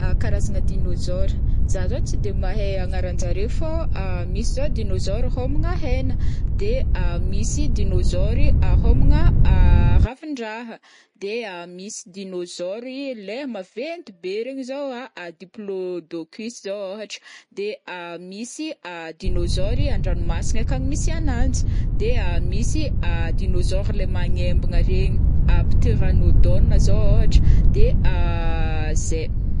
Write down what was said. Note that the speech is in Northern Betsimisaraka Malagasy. karazagna dinosaures, zaho zao tsy de mahay agnaranjaré fao, misy zao dinosaures homagn hena, de misy dinosaures homagna ravindraha, de misy dinosaury leha maventy be regny zao diplodocus zao ohatra, de misy dinosaury an-dranomasigna akagny misy ananjy, de misy dinosaures leha magnembagna regny ptiranodone zao ohatra, de zay.